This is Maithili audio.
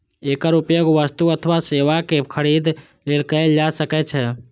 एकर उपयोग वस्तु अथवा सेवाक खरीद लेल कैल जा सकै छै